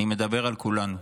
אני מדבר על כולם.